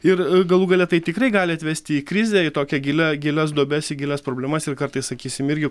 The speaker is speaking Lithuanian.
ir galų gale tai tikrai gali atvesti į krizę į tokią gilią gilias duobes gilias problemas ir kartais sakysim irgi